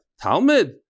Talmud